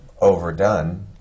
overdone